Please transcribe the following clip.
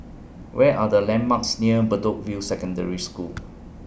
Where Are The landmarks near Bedok View Secondary School